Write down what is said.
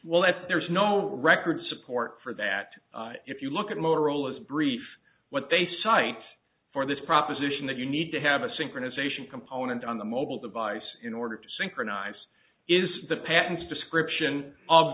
that there's no record support for that if you look at motorola's brief what they cite for this proposition that you need to have a synchronization component on the mobile device in order to synchronize is the patents description of